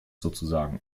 sozusagen